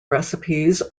recipes